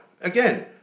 again